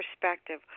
perspective